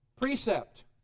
Precept